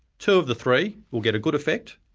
two of the three will get a good effect,